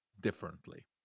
differently